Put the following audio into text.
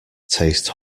taste